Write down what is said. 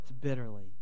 bitterly